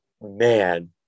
man